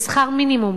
בשכר מינימום.